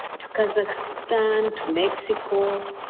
to kazakhstan, to mexico,